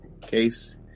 case